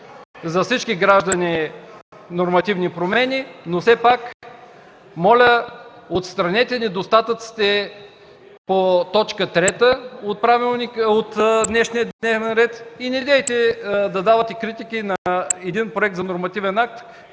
за всички граждани нормативни промени, но все пак моля, отстранете недостатъците по т. 3 от днешния дневен ред и недейте да давате критики на един проект за нормативен акт,